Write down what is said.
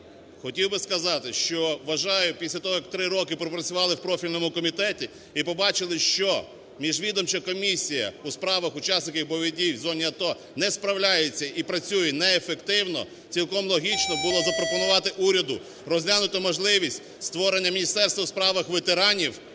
хотів би сказати, що вважаю, після того, як 3 роки пропрацювали у профільному комітеті і побачили, що міжвідомча комісія у справах учасників бойових дій в зоні АТО не справляється і працює неефективно, цілком логічно було запропонувати уряду розглянути можливість створення Міністерства у справах ветеранів